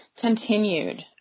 continued